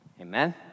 amen